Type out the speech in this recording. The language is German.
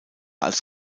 als